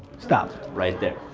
stop. right there.